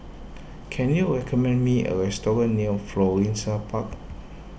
can you recommend me a restaurant near Florissa Park